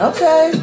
Okay